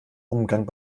umgang